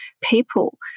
people